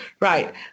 right